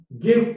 give